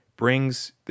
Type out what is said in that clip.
brings